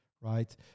right